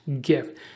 gift